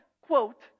quote